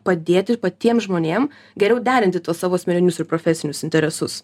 padėti patiem žmonėm geriau derinti tuos savo asmeninius ir profesinius interesus